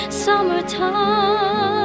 summertime